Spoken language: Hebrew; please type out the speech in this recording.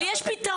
אבל יש פתרון,